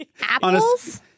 apples